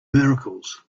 miracles